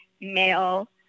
male